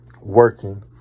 working